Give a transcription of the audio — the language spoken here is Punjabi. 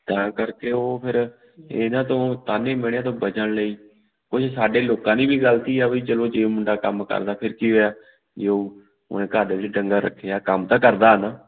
ਤਾਂ ਕਰਕੇ ਉਹ ਫਿਰ ਇਹਨਾਂ ਤੋਂ ਤਾਨੇ ਮਿਹਣਿਆਂ ਤੋਂ ਬਚਣ ਲਈ ਕੁਝ ਸਾਡੇ ਲੋਕਾਂ ਦੀ ਵੀ ਗਲਤੀ ਆ ਬਈ ਚੱਲੋ ਜੇ ਮੁੰਡਾ ਕੰਮ ਕਰਦਾ ਫਿਰ ਕੀ ਹੋਇਆ ਜੇ ਉਹ ਉਹਨੇ ਘਰਦੇ ਵਿੱਚ ਡੰਗਰ ਰੱਖੇ ਆ ਕੰਮ ਤਾਂ ਕਰਦਾ ਨਾ